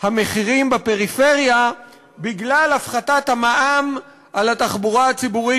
המחירים בפריפריה בגלל הפחתת המע"מ על התחבורה הציבורית